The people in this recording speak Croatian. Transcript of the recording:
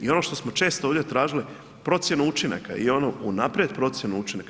I ono što smo često ovdje tražili, procjenu učinaka i onu unaprijed procjenu učinaka.